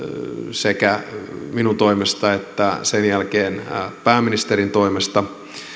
sekä minun toimestani että sen jälkeen pääministerin toimesta